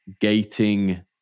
gating